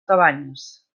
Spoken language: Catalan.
cabanyes